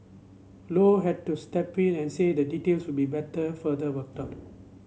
low had to step in and say that details would be better further worked out